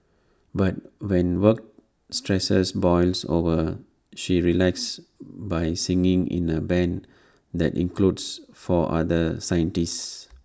but when work stresses boils over she relaxes by singing in A Band that includes four other scientists